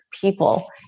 people